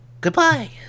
goodbye